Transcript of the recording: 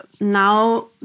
now